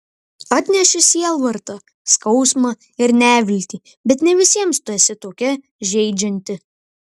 atneši sielvartą skausmą ir neviltį bet ne visiems tu esi tokia žeidžianti